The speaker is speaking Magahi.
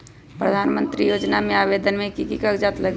प्रधानमंत्री योजना में आवेदन मे की की कागज़ात लगी?